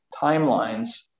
timelines